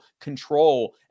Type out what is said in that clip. control